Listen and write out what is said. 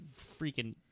freaking-